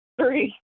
Three